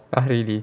ah really